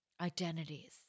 identities